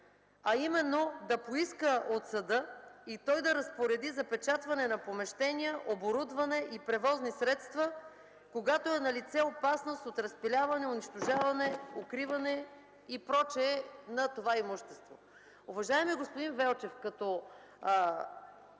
– именно да поиска от съда и той да разпореди запечатване на помещения, оборудване и превозни средства, когато е налице опасност от разпиляване, унищожаване, укриване и прочие на това имущество. Уважаеми господин Велчев, като обяснявахме